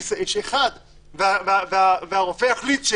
והרופא יחליט,